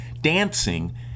dancing